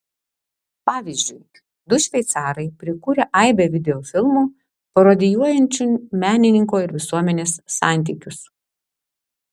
pavyzdžiui du šveicarai prikūrę aibę videofilmų parodijuojančių menininko ir visuomenės santykius